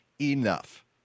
enough